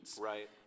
Right